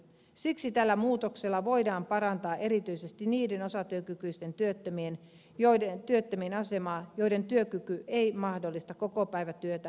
siksi tällä muutoksella voidaan parantaa erityisesti niiden osatyökykyisten työttömien asemaa ja mahdollisuuksia työllistyä työsuhteeseen joiden työkyky ei mahdollista kokopäivätyötä